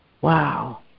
Wow